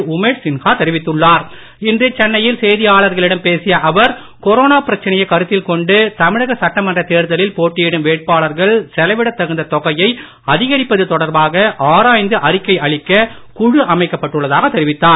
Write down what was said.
இன்று உமேஷ் சின்ஹா சென்னையில் செய்தியாளர்களிடம் பேசிய அவர்கொரோனா பிரச்சனையை கருத்தில் கொண்டு தமிழக சட்டமன்றத் தேர்தலில் போட்டியிடும் வேட்பாளர்கள் செலவிடத் தகுந்த தொகையை அதிகரிப்பது தொடர்பாக ஆராய்ந்து அறிக்கை அளிக்க குழு அமைக்கப்பட்டுள்ளதாக தெரிவித்தார்